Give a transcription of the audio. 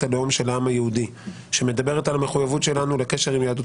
הלאום של העם היהודי שמדבר על מחויבות שלנו לקשר עם יהדות